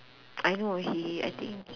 I know he I think